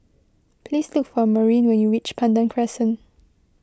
please look for Maurine when you reach Pandan Crescent